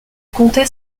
comptait